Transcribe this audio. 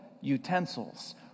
utensils